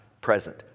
present